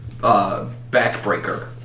backbreaker